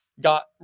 got